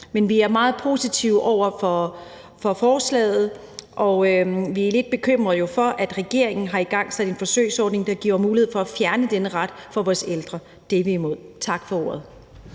Men vi er meget positive over for forslaget. Vi er jo lidt bekymrede for, at regeringen har igangsat en forsøgsordning, der giver mulighed for at fjerne denne ret for vores ældre. Det er vi imod. Tak for ordet.